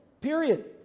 period